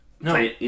No